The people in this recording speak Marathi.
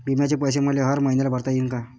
बिम्याचे पैसे मले हर मईन्याले भरता येईन का?